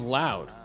loud